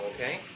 Okay